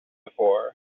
before